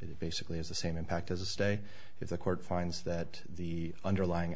it basically has the same impact as a stay if the court finds that the underlying